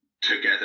together